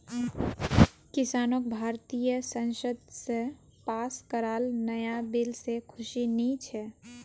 किसानक भारतीय संसद स पास कराल नाया बिल से खुशी नी छे